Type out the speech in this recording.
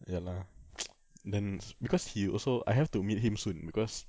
ya lah then because he also I have to meet him soon because